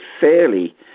fairly